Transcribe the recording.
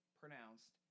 pronounced